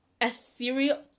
ethereal